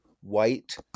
white